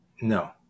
No